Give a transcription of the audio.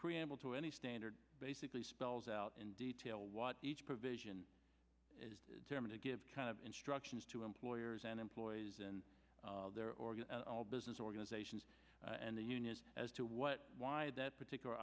preamble to any standard basically spells out in detail what each provision is going to give kind of instructions to employers and employees and their organ all business organizations and the union as to what why that particular